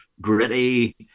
gritty